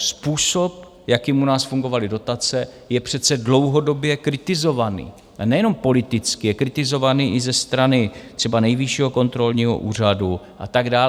Způsob, jakým u nás fungovaly dotace, je přece dlouhodobě kritizovaný nejenom politicky, je kritizovaný i ze strany třeba Nejvyššího kontrolního úřadu a tak dál.